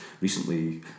recently